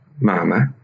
mama